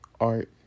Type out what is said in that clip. art